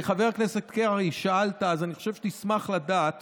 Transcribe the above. חבר הכנסת קרעי, שאלת, אז אני חושב שתשמח לדעת